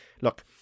Look